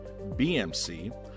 BMC